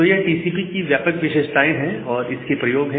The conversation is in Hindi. तो यह टीसीपी की व्यापक विशेषताएं और इसके प्रयोग हैं